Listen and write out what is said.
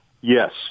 Yes